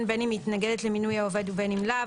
בין אם היא מתנגדת למינוי העובד ובין אם לאו,